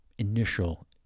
initial